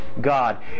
God